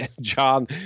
John